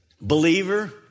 Believer